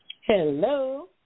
Hello